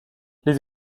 les